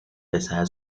pesada